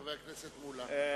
חבר הכנסת מולה,